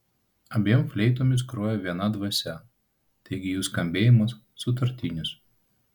abiem fleitomis grojo viena dvasia taigi jų skambėjimas sutartinis